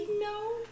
no